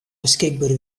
beskikber